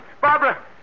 Barbara